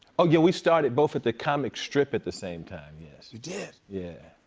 oh, yeah, we started both at the comic strip at the same time, yes. you did? yeah.